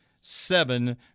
seven